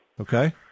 Okay